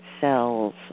cells